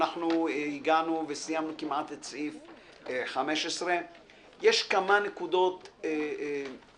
אנחנו הגענו וסיימנו כמעט את סעיף 15. יש כמה נקודות יסוד